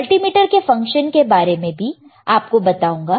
multimeter के function के बारे में भी मैं आपको बताऊंगा